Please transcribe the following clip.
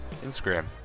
instagram